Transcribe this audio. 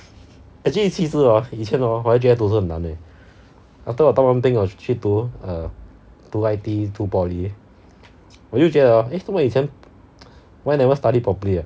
actually 其实 hor 以前 hor 我还觉得读书很难 eh after 我当完兵我去读 err 读 I_T_E 读 poly 我就觉得 oh eh 做么以前 why never study properly